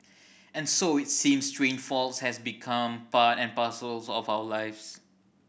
and so it seems train faults have become part and parcels of our lives